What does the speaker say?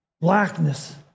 blackness